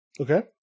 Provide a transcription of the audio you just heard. Okay